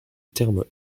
terme